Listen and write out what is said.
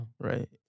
right